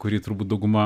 kurį turbūt dauguma